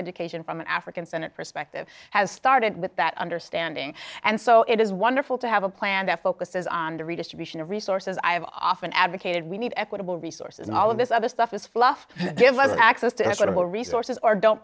education from an african finance perspective has started with that understanding and so it is wonderful to have a plan that focuses on the redistribution of resources i have often advocated we need equitable resources and all of this other stuff is fluff and give us access to affordable resources or don't